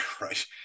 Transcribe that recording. right